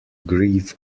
grieve